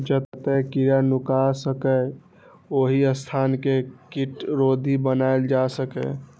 जतय कीड़ा नुकाय सकैए, ओहि स्थान कें कीटरोधी बनाएल जा सकैए